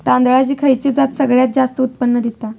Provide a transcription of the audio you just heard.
तांदळाची खयची जात सगळयात जास्त उत्पन्न दिता?